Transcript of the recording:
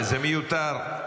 זה מיותר.